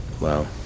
Wow